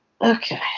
Okay